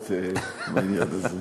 יומרות בעניין הזה.